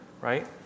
right